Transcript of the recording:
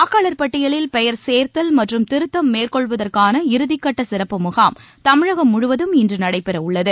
வாக்காளர் பட்டியலில் பெயர் சேர்த்தல் மற்றும் திருத்தம் மேற்கொள்வதற்கான இறுதிக்கட்டசிறப்பு முகாம் தமிழகம் முழுவதும் இன்றுநடைபெறவுள்ளது